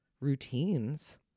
routines